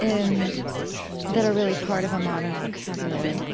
that are really part of a modern vocabulary.